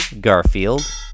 Garfield